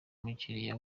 umukiliya